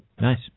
Nice